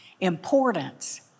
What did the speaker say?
Importance